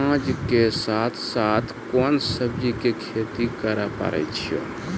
अनाज के साथ साथ कोंन सब्जी के खेती करे पारे छियै?